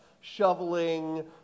shoveling